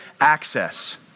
access